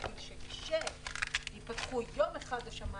כדי שכשייפתחו יום אחד השמיים,